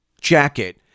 jacket